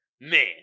Man